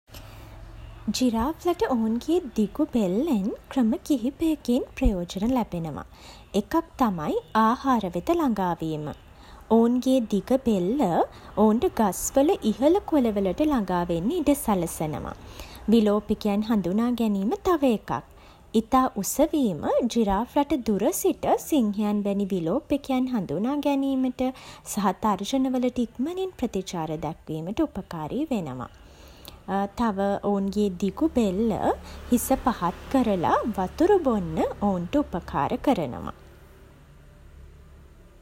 ජිරාෆ්ලාට ඔවුන්ගේ දිගු බෙල්ලෙන් ක්‍රම කිහිපයකින් ප්‍රයෝජන ලැබෙනවා. එකක් තමයි ආහාර වෙත ළඟා වීම. ඔවුන්ගේ දිග බෙල්ල ඔවුන්ට ගස්වල ඉහළ කොළ වලට ළඟා වෙන්න ඉඩ සලසනවා. විලෝපිකයන් හඳුනා ගැනීම තව එකක්. ඉතා උස වීම ජිරාෆ්ලාට දුර සිට සිංහයන් වැනි විලෝපිකයන් හඳුනා ගැනීමට සහ තර්ජන වලට ඉක්මනින් ප්‍රතිචාර දැක්වීමට උපකාරී වෙනවා. තව, ඔවුන්ගේ දිගු බෙල්ල හිස පහත් කරලා වතුර බොන්න ඔවුන්ට උපකාර කරනවා.